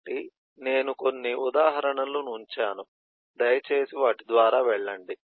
కాబట్టి నేను కొన్ని ఉదాహరణలు ఉంచాను దయచేసి వాటి ద్వారా వెళ్ళండి